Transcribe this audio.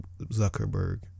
Zuckerberg